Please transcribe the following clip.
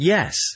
Yes